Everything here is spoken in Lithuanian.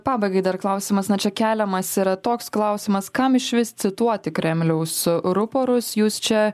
pabaigai dar klausimas na čia keliamas yra toks klausimas kam išvis cituoti kremliaus ruporus jūs čia